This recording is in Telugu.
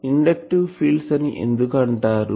ఇండక్టివ్ ఫీల్డ్స్ అని ఎందుకు అంటారు